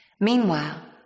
Meanwhile